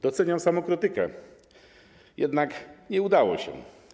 Doceniam samokrytykę, jednak nie udało się.